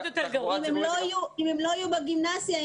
אם הם לא יהיו בגימנסיה,